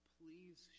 please